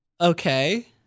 Okay